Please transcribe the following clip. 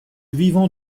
vivant